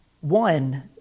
one